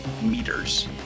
meters